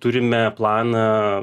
turi turime planą